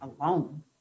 alone